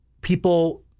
people